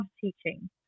teaching